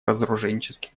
разоруженческих